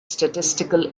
statistical